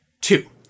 Two